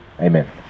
Amen